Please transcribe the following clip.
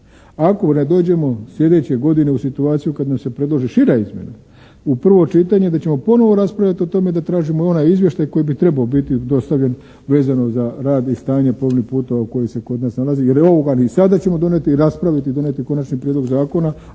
ako ne dođemo sljedeće godine u situaciju kad nam se predloži šira izmjena. U prvo čitanje da ćemo ponovo raspravljati o tome da tražimo onaj izvještaj koji bi trebao biti dostavljen vezano za rad i stanje plovnih puteva koji se kod nas nalazi jer … /Govornik se ne razumije./ … sada ćemo donijeti i raspraviti, donijeti konačni prijedlog zakona